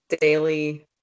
daily